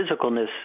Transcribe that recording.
physicalness